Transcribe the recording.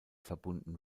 verbunden